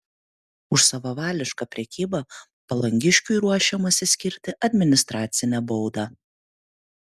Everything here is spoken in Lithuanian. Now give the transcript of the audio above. už savavališką prekybą palangiškiui ruošiamasi skirti administracinę baudą